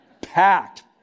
packed